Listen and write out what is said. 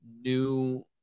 new